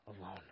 alone